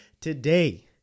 today